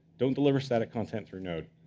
don't deliver static content through node.